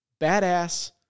badass